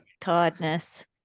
tiredness